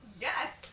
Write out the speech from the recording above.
Yes